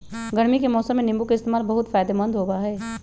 गर्मी के मौसम में नीम्बू के इस्तेमाल बहुत फायदेमंद होबा हई